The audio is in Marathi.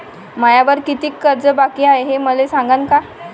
मायावर कितीक कर्ज बाकी हाय, हे मले सांगान का?